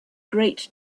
great